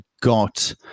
got